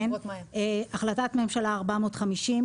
החלטת ממשלה 450,